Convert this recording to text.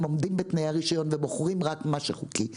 עומדים בתנאי הרישיון ובוחרים רק מה שחוקי.